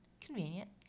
Convenient